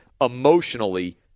emotionally